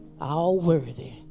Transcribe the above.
all-worthy